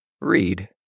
read